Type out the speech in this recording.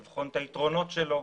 לבחון את היתרונות שלו,